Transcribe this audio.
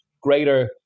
greater